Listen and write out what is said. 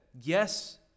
yes